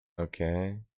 Okay